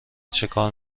چکار